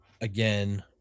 Again